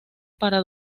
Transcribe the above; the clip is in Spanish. para